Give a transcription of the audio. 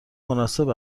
مناسب